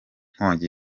nkongi